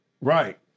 Right